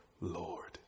Lord